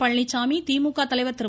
பழனிசாமி திமுக தலைவர் திரு